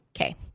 Okay